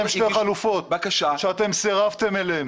אני הצעתי לכם שתי חלופות, שאתם סירבתן להן.